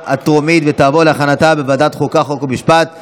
חברי הכנסת, להלן תוצאות ההצבעה: